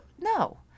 no